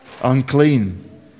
unclean